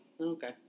Okay